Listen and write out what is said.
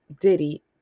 Diddy